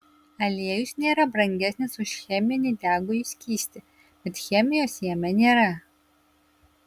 aliejus nėra brangesnis už cheminį degųjį skystį bet chemijos jame nėra